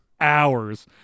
hours